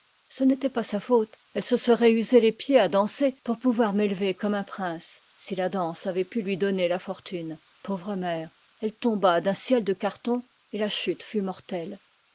ce n'était pas sa faute elle se serait usé les pieds à danser pour pouvoir m'élever comme un prince si la danse avait pu lui donner la fortune pauvre mère elle tomba d'un ciel de carton et la chute fut mortelle